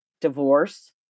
divorce